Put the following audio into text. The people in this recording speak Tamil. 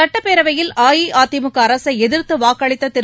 சட்டப்பேரவையில் அஇஅதிமுக அரசை எதிர்த்து வாக்களித்த திரு